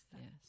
yes